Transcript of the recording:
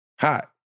Hot